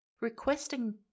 requesting